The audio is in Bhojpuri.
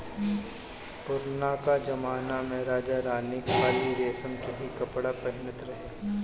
पुरनका जमना में राजा रानी खाली रेशम के ही कपड़ा पहिनत रहे